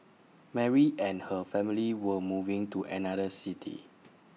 Mary and her family were moving to another city